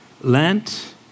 Lent